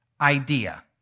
idea